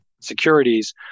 securities